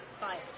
Five